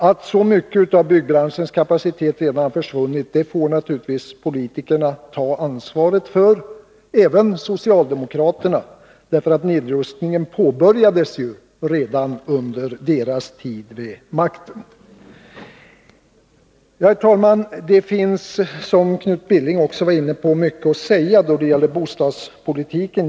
Att så mycket av byggbranschens kapacitet redan har försvunnit får naturligtvis politikerna ta ansvaret för — även socialdemokraterna, för nedrustningen påbörjades ju redan under deras tid vid makten. Herr talman! Det finns, som Knut Billing också var inne på, mycket att säga när det gäller bostadspolitiken.